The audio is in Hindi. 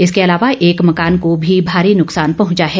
इसके अलावा एक मकान को भी भारी नुकसान पहुंचा है